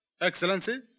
Excellency